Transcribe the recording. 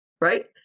Right